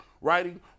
writing